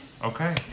Okay